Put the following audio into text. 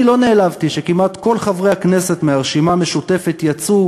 אני לא נעלבתי כשכמעט כל חברי הכנסת מהרשימה המשותפת יצאו